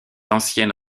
ancienne